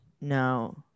No